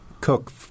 cook